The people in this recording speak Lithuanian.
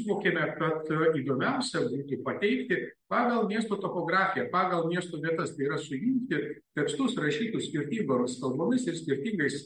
suvokėme kad įdomiausia būtų pateikti pagal miesto topografiją pagal miesto vietas tai yra suimti tekstus rašytus skirtingomis kalbomis ir skirtingais